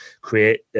create